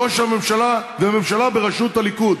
ראש הממשלה והממשלה בראשות הליכוד.